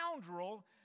scoundrel